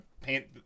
paint